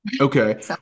Okay